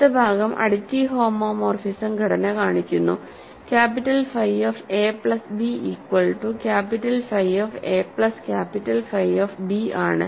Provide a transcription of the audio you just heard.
അടുത്ത ഭാഗം additive homomorphism ഘടന കാണിക്കുന്നുക്യാപിറ്റൽ phi of A plus B equal to capital phi of A plus capital phi of B ആണ്